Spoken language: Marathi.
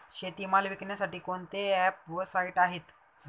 शेतीमाल विकण्यासाठी कोणते ॲप व साईट आहेत?